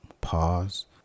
pause